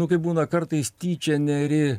nu kaip būna kartais tyčia neri